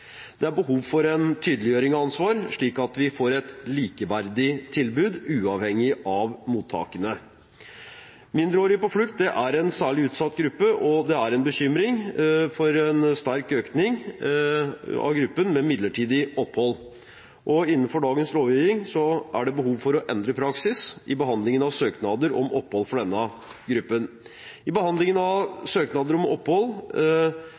Det er behov for en tydeliggjøring av ansvar, slik at det blir et likeverdig tilbud, uavhengig av mottakene. Mindreårige på flukt er en særlig utsatt gruppe, og det er bekymring for en sterk økning av gruppen med midlertidig opphold. Innenfor dagens lovgiving er det behov for å endre praksisen i behandlingen av søknader om opphold for denne gruppen. I behandlingen av søknader om opphold